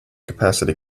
capacity